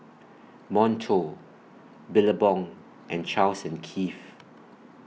Monto Billabong and Charles and Keith